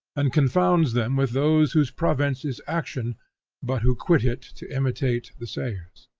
and confounds them with those whose province is action but who quit it to imitate the sayers.